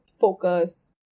focus